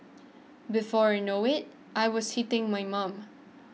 before I know it I was hitting my mum